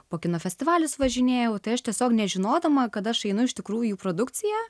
po kino festivalius važinėjau tai aš tiesiog nežinodama kad aš einu iš tikrųjų produkciją